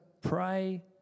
pray